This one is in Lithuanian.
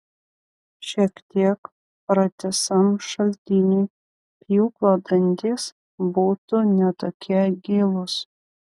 šiek tiek pratisam šaltiniui pjūklo dantys būtų ne tokie gilūs